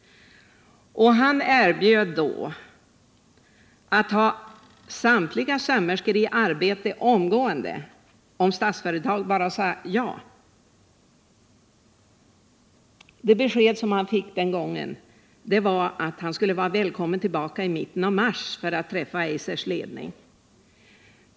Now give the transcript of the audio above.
Han erbjöd sig att ha samtliga sömmerskor i arbete omgående, om bara Statsföretag sade ja. Det besked han fick den gången var att han skulle vara välkommen tillbaka i mitten av mars för att träffa Eisers ledning.